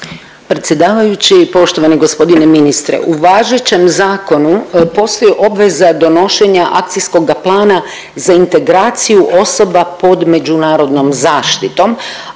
Predsjedavajući, poštovani gospodine ministre u važećem zakonu postoji obveza donošenja Akcijskog plana za integraciju osoba pod međunarodnom zaštitom,